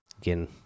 again